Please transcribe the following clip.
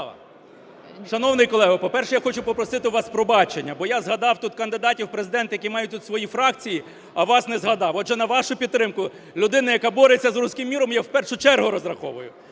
Шановний колего, по-перше, я хочу попросити у вас пробачення, бо я згадав тут кандидатів в президенти, які мають тут свої фракції, а вас не згадав. Отже на вашу підтримку, людини, яка бореться з "руським міром" я в першу чергу розраховую.